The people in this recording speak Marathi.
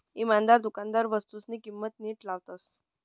इमानदार दुकानदार वस्तूसनी किंमत नीट लावतस